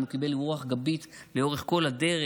הוא קיבל רוח גבית לאורך כל הדרך.